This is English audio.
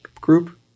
group